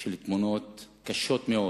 של תמונות קשות מאוד